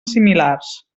similars